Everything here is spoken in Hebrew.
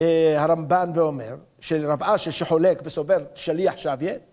אה... הרמב"ן ואומר: שלרב אש"י שחולק וסובר שלי עכשיו יהיה...